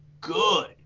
good